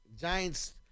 Giants